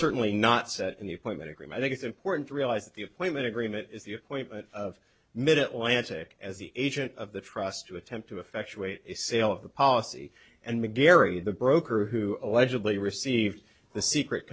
certainly not set in the appointment agreement think it's important to realize that the appointment agreement is the appointment of mid atlantic as the agent of the trust to attempt to effectuate sale of the policy and mcgarry the broker who allegedly received the secret